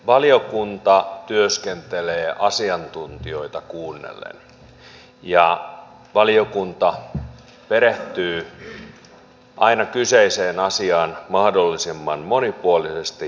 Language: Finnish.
valiokunta työskentelee asiantuntijoita kuunnellen ja valiokunta perehtyy aina kyseiseen asiaan mahdollisimman monipuolisesti ja laajasti